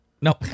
No